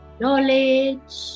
knowledge